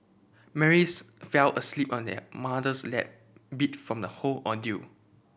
Mary's fell asleep on her mother's lap beat from the whole ordeal